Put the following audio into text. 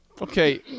Okay